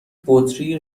بطری